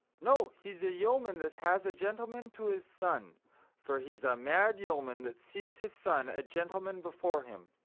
no, he's a yeoman that has a gentleman to his son for he's a mad yeoman that sees his son a gentleman before him.